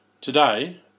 Today